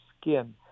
skin